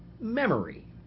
memory